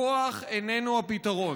הכוח איננו הפתרון.